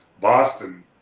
Boston